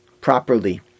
properly